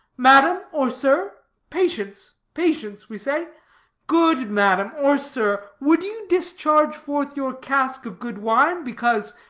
madam, or sir patience patience we say good madam, or sir, would you discharge forth your cask of good wine, because,